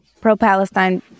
pro-palestine